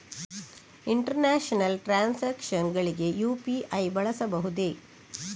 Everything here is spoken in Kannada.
ಇಂಟರ್ನ್ಯಾಷನಲ್ ಟ್ರಾನ್ಸಾಕ್ಷನ್ಸ್ ಗಳಿಗೆ ಯು.ಪಿ.ಐ ಬಳಸಬಹುದೇ?